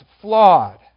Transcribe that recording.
flawed